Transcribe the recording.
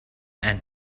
and